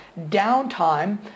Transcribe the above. downtime